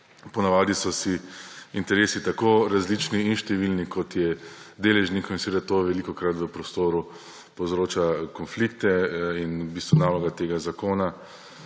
Ponavadi so si interesi tako različni in številni, kot je deležnikov, in to velikokrat v prostoru povzroča konflikte. V bistvu naloga tega zakona